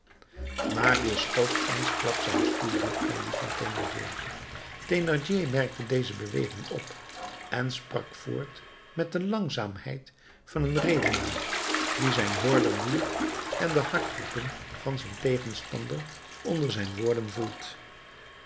marius schoof eensklaps zijn stoel dicht bij dien van thénardier thénardier merkte deze beweging op en sprak voort met de langzaamheid van een redenaar die zijn hoorder boeit en de hartklopping van zijn tegenstander onder zijn woorden voelt